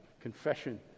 confession